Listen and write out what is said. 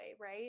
right